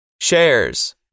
shares